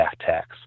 tax